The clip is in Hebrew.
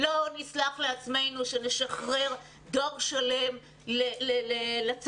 לא נסלח לעצמנו שנשחרר דור שלם לצבא,